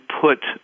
put